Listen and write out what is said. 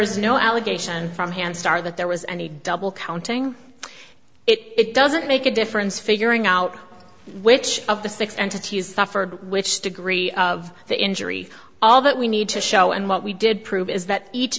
is no allegation from hand star that there was any double counting it doesn't make a difference figuring out which of the six entities suffered which degree of the injury all that we need to show and what we did prove is that each